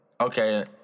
okay